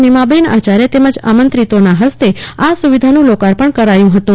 નીમાબહેન આચાર્ય તેમજ આમંત્રિતો ના હસ્તે આ સુવિધાનું લોકાર્પણ કરાયું હતું